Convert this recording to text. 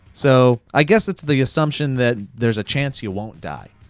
so i guess it's the assumption that there's a chance you won't die.